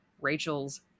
Rachel's